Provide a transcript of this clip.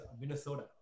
Minnesota